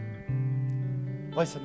listen